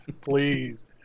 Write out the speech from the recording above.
Please